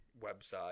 website